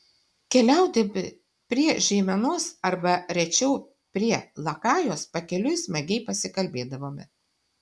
keliaudami prie žeimenos arba rečiau prie lakajos pakeliui smagiai pasikalbėdavome